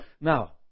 Now